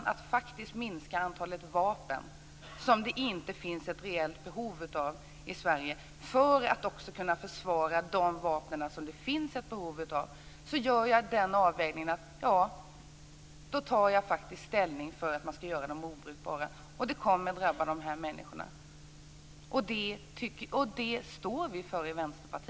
Jag vill minska antalet vapen som det inte finns ett reellt behov av i Sverige för att kunna försvara de vapen som det finns ett behov av. Då tar jag faktiskt ställning för att man ska göra dessa vapen obrukbara. Det kommer att drabba dessa människor. Det står vi i